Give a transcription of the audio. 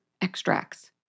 extracts